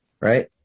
right